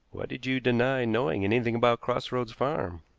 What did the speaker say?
why did you deny knowing anything about cross roads farm?